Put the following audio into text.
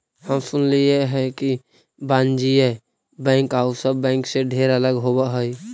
हम सुनलियई हे कि वाणिज्य बैंक आउ सब बैंक से ढेर अलग होब हई